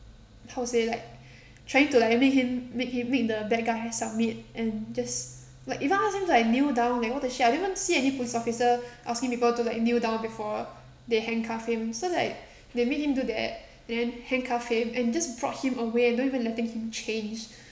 how to say like trying to like make him make him make the black guy submit and just like even ask him to like kneel down like what the shit I didn't even see any police officer asking people to like kneel down before they handcuff him so like they made him do that then handcuff him and just brought him away not even letting him change